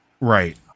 Right